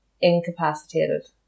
incapacitated